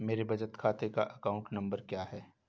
मेरे बचत खाते का अकाउंट नंबर क्या है?